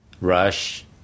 Rush